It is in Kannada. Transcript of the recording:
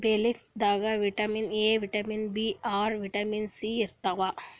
ಬೇ ಲೀಫ್ ದಾಗ್ vitamin A, vitamin B R, vitamin C ಇರ್ತವ್